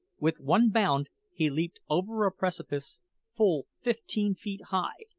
with one bound he leaped over a precipice full fifteen feet high,